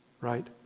right